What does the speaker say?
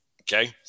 Okay